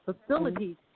facilities